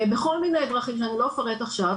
בכל מיני דרכים שאני לא אפרט עכשיו.